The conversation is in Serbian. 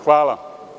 Hvala.